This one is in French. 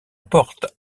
porte